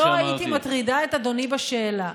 לא הייתי מטרידה את אדוני בשאלה.